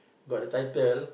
got the title